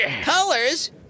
Colors